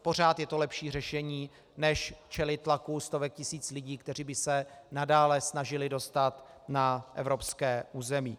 Pořád je to lepší řešení než čelit tlaku stovek tisíc lidí, kteří by se nadále snažili dostat na evropské území.